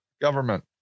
Government